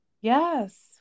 Yes